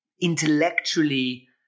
intellectually